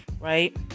right